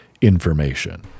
information